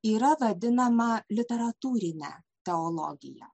yra vadinama literatūrine teologija